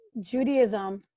Judaism